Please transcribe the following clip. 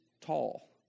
tall